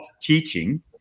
teaching